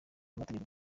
imishinga